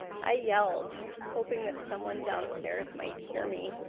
i yelled, hoping that someone downstairs might hear me.